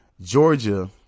Georgia